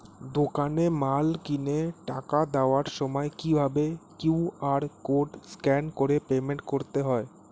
দোকানে মাল কিনে টাকা দেওয়ার সময় কিভাবে কিউ.আর কোড স্ক্যান করে পেমেন্ট করতে হয়?